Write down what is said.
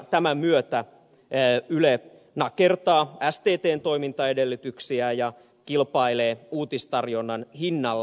tämän myötä yle nakertaa sttn toimintaedellytyksiä ja kilpailee uutistarjonnan hinnalla